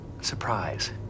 Surprise